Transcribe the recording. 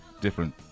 different